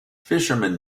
fishermen